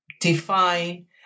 define